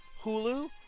Hulu